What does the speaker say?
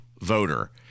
voter